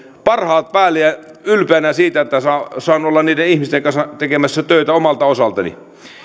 parhaat päällä ja ylpeänä siitä että saan olla niiden ihmisten kanssa tekemässä töitä omalta osaltani